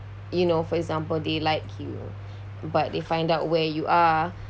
you know for example they liked you but they find out where you are